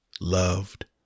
loved